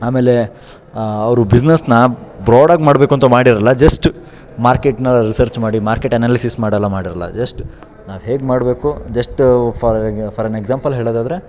ಆಮೇಲೆ ಅವರು ಬಿಸ್ನೆಸ್ನ ಬ್ರೋಡಾಗಿ ಮಾಡಬೇಕು ಅಂತ ಮಾಡಿರೋಲ್ಲ ಜಸ್ಟು ಮಾರ್ಕೆಟ್ನ ರಿಸರ್ಚ್ ಮಾಡಿ ಮಾರ್ಕೆಟ್ ಅನಾಲಿಸಿಸ್ ಮಾಡಿ ಎಲ್ಲ ಮಾಡಿರೋಲ್ಲ ಜಸ್ಟ್ ನಾವು ಹೇಗೆ ಮಾಡಬೇಕು just for for an example ಹೇಳೋದಾದ್ರೆ